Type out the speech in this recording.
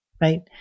Right